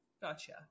gotcha